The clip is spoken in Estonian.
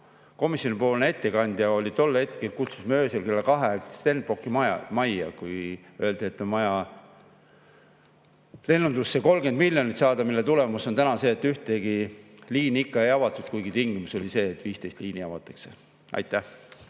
komisjonipoolne ettekandja oli see, kelle kutsusime tookord öösel kella kahe ajal Stenbocki majja, kui öeldi, et on vaja lennundusse 30 miljonit saada. Selle tulemus on see, et ühtegi liini ikka ei avatud, kuigi tingimus oli see, et 15 liini avatakse. Aitäh!